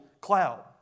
cloud